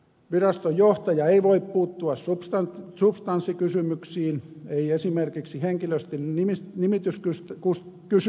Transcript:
viraston johtaja ei voi puuttua substanssikysymyksiin ei esimerkiksi henkilöstön nimityskysymyksiin